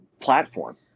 platform